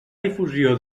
difusió